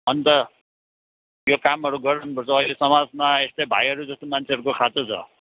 अन्त यो कामहरू गर्नुपर्छ अहिले समाजमा यस्तै भाइहरू जस्तो मान्छेहरूको खाँचो छ